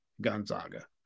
Gonzaga